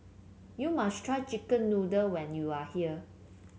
you must try chicken noodle when you are here